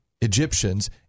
Egyptians